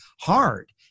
hard